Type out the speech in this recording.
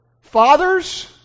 Fathers